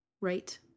Right